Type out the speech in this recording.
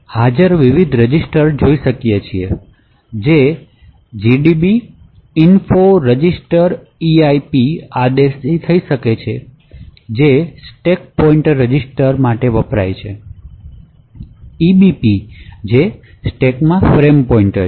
આપણે હાજર વિવિધ રજિસ્ટર જોઈ શકીએ છીએ જે gdb info registers eip આદેશથી થઈ શકે જે સ્ટેક પોઇન્ટર રજીસ્ટર માટે વપરાય છે અને ebp જે સ્ટેકમાં ફ્રેમ પોઇન્ટર છે